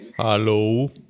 Hello